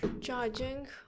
charging